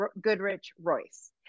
Goodrich-Royce